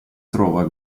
trova